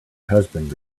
husband